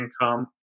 income